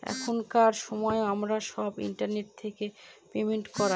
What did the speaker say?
এখনকার সময় আমরা সব ইন্টারনেট থেকে পেমেন্ট করায়